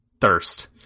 thirst